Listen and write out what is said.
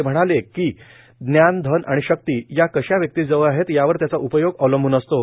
ते म्हणाले कीए ज्ञानए धन आणि शक्ती या कशा व्यक्तीजवळ आहेत यावर त्याचा उपयोग अवलंबून असतो